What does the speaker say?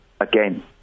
again